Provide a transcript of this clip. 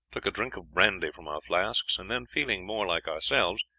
took a drink of brandy from our flasks, and then, feeling more like ourselves,